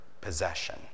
possession